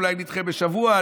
אולי נדחה בשבוע,